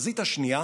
בחזית השנייה